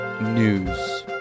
News